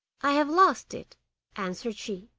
i have lost it answered she.